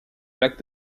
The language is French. lac